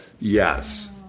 Yes